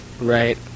Right